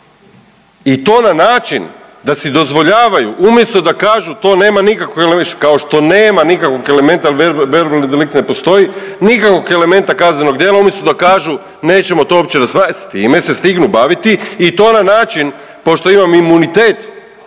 I to na način da si dozvoljavaju, umjesto da kažu, to nema nikakve, kao što nema nikakvog elementa jer verbalni delikt ne postoji, nikakvog elementa kaznenog djela, umjesto da kažu nećemo to uopće raspravljati, s time se stignu baviti i to na način, pošto imam imunitet,